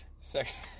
Sex